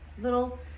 little